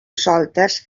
soltes